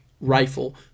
rifle